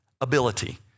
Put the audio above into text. ability